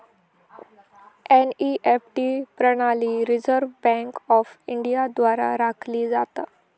NEFT प्रणाली reserve bank of India द्वारा राखली जाता